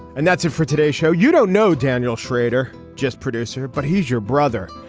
and that's it for today's show. you don't know daniel schrader, just producer, but he's your brother.